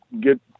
get